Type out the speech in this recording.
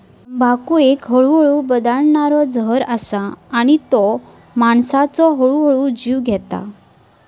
तंबाखू एक हळूहळू बादणारो जहर असा आणि तो माणसाचो हळूहळू जीव घेता